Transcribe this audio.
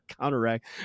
counteract